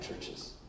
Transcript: churches